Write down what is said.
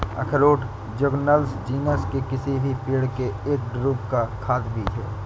अखरोट Juglans genus के किसी भी पेड़ के एक ड्रूप का खाद्य बीज है